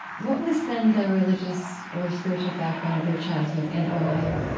what was, then, the religious or spiritual background of your childhood in ohio?